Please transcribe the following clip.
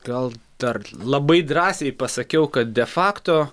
gal dar labai drąsiai pasakiau kad de facto